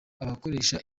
abakoresha